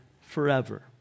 forever